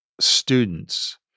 students